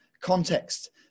context